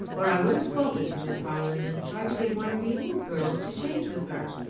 or i would have spoken to miss harland and tried to get one of the old girls to change with her.